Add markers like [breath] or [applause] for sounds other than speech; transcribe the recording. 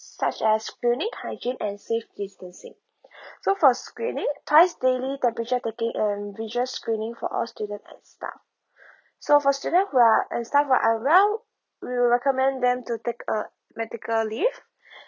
such as hygiene and safe distancing [breath] so for screening twice daily temperature taking and visual screening for all student and staff [breath] so for student who are and staff who unwell we'll recommend them to take uh medical leave [breath]